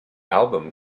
album